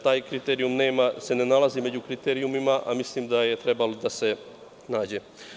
Taj kriterijum se ne nalazi među kriterijumima, a mislim da je trebalo da se nađe.